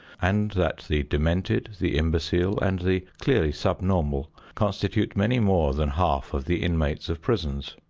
and that the demented, the imbecile, and the clearly subnormal constitute many more than half of the inmates of prisons.